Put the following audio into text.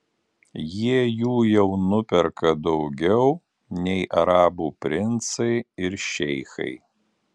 jie jų jau nuperka daugiau nei arabų princai ir šeichai